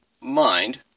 mind